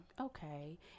okay